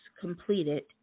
completed